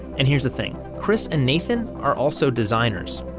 and here's the thing, chris and nathan are also designers.